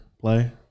play